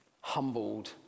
humbled